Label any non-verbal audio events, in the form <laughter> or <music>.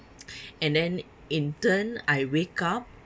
<breath> and then in turn I wake up